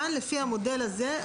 לפי המודל הזה,